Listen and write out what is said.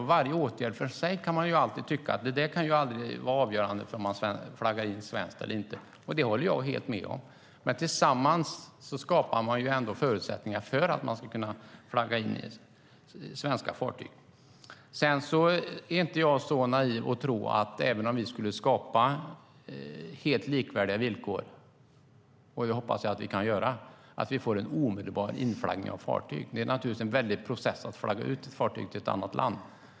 Man kan tycka att varje åtgärd för sig aldrig kan vara avgörande för att flagga in svenskt eller inte - det håller jag helt med om - men tillsammans skapas ändå förutsättningar för att flagga in svenska fartyg. Jag är inte så naiv att jag tror att även om vi skulle skapa helt likvärdiga villkor - vilket jag hoppas att vi kan göra - att vi får en omedelbar inflaggning av fartyg. Det är naturligtvis en process att flagga ut ett fartyg till ett annat land.